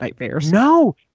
No